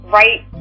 right